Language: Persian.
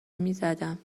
میزدم